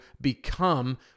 become